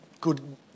good